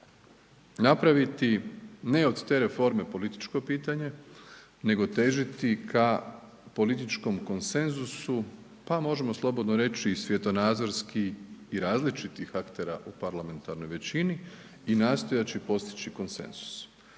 napraviti ne od te reforme političko pitanje nego težiti ka političkom konsenzusu, pa možemo slobodno reći i svjetonazorski i različitih aktera u parlamentarnoj većini i nastojeći postići konsenzus.